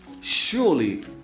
Surely